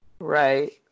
Right